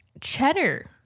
Cheddar